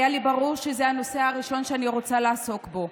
היה לי ברור שזה הנושא הראשון שאני רוצה לעסוק בו.